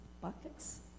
buckets